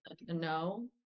no